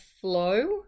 flow